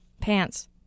pants